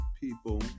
people